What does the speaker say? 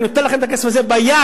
אני נותן לכם את הכסף הזה ביד,